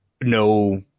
no